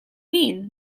mean